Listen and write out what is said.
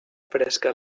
fresca